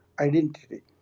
Identity